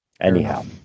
Anyhow